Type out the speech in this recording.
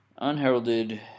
Unheralded